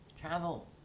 travel